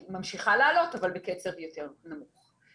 היא ממשיכה לעלות, אבל בקצב יותר נמוך.